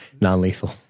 non-lethal